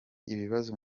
ibibazo